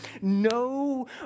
no